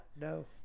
No